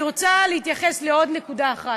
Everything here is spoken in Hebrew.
אני רוצה להתייחס לעוד נקודה אחת.